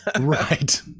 Right